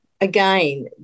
again